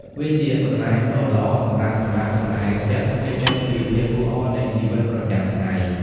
វាជាកន្លែងដ៏ល្អសម្រាប់សម្រាកលំហែចិត្ត គេចចេញពីភាពអ៊ូអរនៃជីវិតប្រចាំថ្ងៃ។